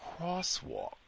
crosswalk